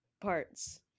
parts